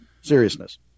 seriousness